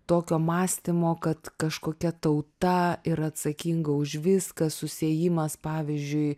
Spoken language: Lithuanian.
tokio mąstymo kad kažkokia tauta yra atsakinga už viską susiejimas pavyzdžiui